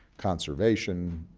conservation,